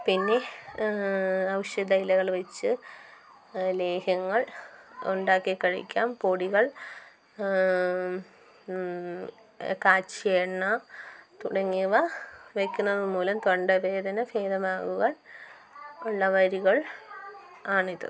പിന്നെ ഔഷധ ഇലകൾ വെച്ച് ലേഹ്യങ്ങൾ ഉണ്ടാക്കി കഴിക്കാം പൊടികൾ കാച്ചിയ എണ്ണ തുടങ്ങിയവ വെക്കുന്നതു മൂലം തൊണ്ടവേദന ഫേദമാകുവാൻ ഉള്ള വഴികൾ ആണിത്